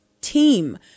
team